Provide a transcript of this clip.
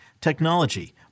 technology